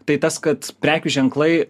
tai tas kad prekių ženklai